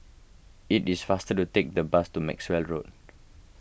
it is faster to take the bus to Maxwell Road